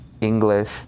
English